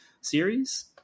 series